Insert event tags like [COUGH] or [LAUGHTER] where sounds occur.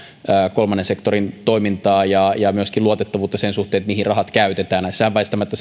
kolmannen sektorin toimintaa ja ja myöskin luotettavuutta sen suhteen mihin rahat käytetään näissähän väistämättä [UNINTELLIGIBLE]